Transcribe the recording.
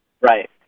Right